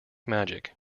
magic